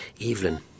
Evelyn